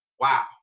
Wow